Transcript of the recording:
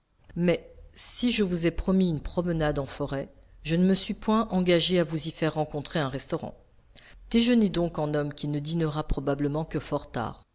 mais si je vous ai promis une promenade en forêt je ne me suis point engagé à vous y faire rencontrer un restaurant déjeunez donc en homme qui ne dînera probablement que fort tard